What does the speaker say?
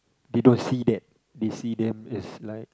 they don't see that they see them as like